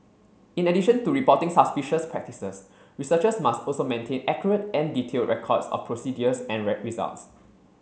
in addition to reporting suspicious practices researchers must also maintain accurate and detailed records of procedures and results